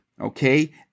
okay